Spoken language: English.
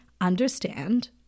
understand